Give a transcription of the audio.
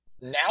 now